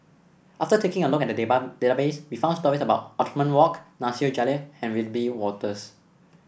after taking a look at database we found stories about Othman Wok Nasir Jalil and Wiebe Wolters